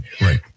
Right